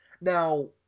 Now –